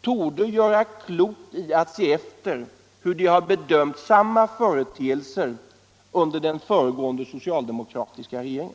torde göra klokt i att se efter hur de har bedömt samma företeelser under Allmänpolitisk debatt Allmänpolitisk debatt 160 den socialdemokratiska regeringen.